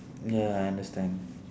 ya I understand